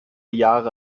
jahre